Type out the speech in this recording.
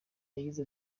yagize